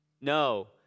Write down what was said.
no